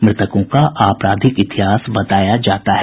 मृतकों का आपराधिक इतिहास बताया जाता है